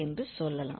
என்று சொல்லலாம்